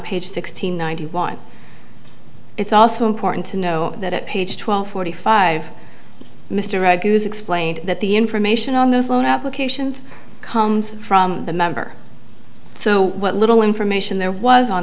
page sixteen ninety one it's also important to know that at page twelve forty five mr argues explained that the information on those loan applications comes from the member so what little information there was on